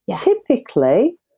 typically